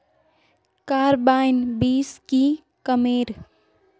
Carbine बीस की कमेर?